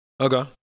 okay